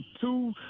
two